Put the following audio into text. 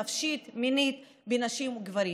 נפשית ומינית בנשים וגברים.